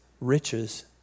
riches